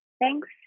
thanks